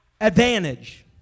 Advantage